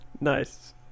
Nice